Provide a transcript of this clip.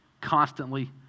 constantly